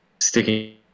sticking